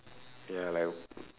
ya like